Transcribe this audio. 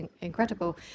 incredible